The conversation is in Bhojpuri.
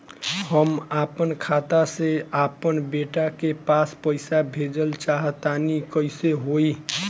हम आपन खाता से आपन बेटा के पास पईसा भेजल चाह तानि कइसे होई?